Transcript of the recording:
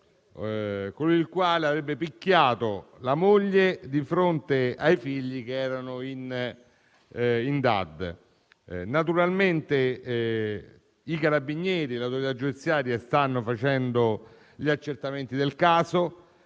autosospesosi, avrebbe picchiato la moglie di fronte ai figli che erano in DAD. I Carabinieri e l'autorità giudiziaria stanno facendo gli accertamenti del caso,